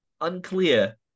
Unclear